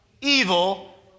Evil